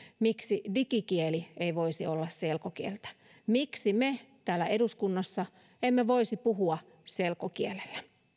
miksi digikieli ei voisi olla selkokieltä miksi me täällä eduskunnassa emme voisi puhua selkokielellä